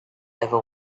ever